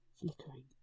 flickering